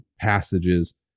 passages